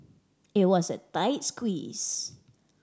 it was a tight squeeze